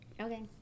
Okay